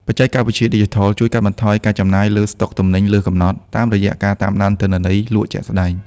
បច្ចេកវិទ្យាឌីជីថលជួយកាត់បន្ថយការចំណាយលើ ស្តុកទំនិញលើសកំណត់ តាមរយៈការតាមដានទិន្នន័យលក់ជាក់ស្ដែង។